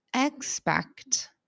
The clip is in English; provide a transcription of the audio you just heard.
expect